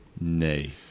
Nay